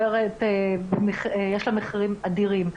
יש לה מחירים אדירים.